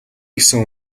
гэсэн